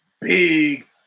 Big